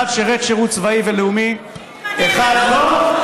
אחד שירת שירות צבאי ולאומי, אחד לא,